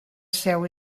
seu